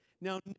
Now